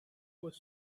was